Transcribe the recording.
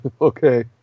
Okay